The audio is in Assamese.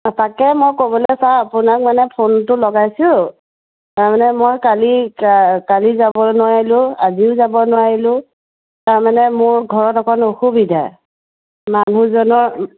তাকে মই ক'বলৈ ছাৰ আপোনাক মানে ফোনটো লগাইছোঁ তাৰমানে মই কালি কালি যাবলৈ নোৱাৰিলোঁ আজিও যাব নোৱাৰিলোঁ তাৰমানে মোৰ ঘৰত অকণ অসুবিধা মানুহজনৰ